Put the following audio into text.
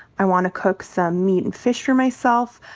i want to cook some meat and fish for myself.